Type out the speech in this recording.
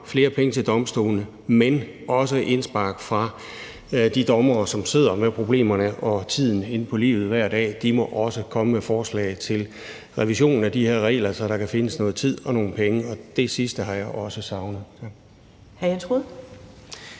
flere penge til domstolene, men også indspark fra de dommere, som sidder med problemerne og tidspresset inde på livet hver dag. De må også komme med forslag til en revision af de her regler, så der kan findes noget tid og nogle penge. Og det sidste har jeg også savnet.